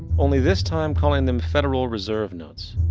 only this time, calling them federal reserve notes.